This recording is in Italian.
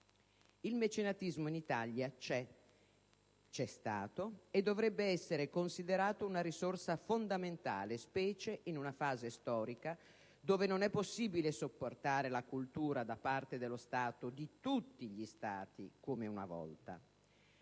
Il mecenatismo in Italia c'è, c'è stato e dovrebbe essere considerato una risorsa fondamentale, specie in una fase storica dove non è possibile supportare la cultura da parte dello Stato, di tutti gli Stati, come una volta.